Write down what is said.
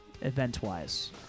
event-wise